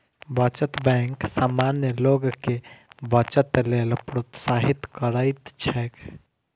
बचत बैंक सामान्य लोग कें बचत लेल प्रोत्साहित करैत छैक